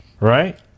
right